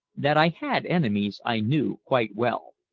that i had enemies i knew quite well.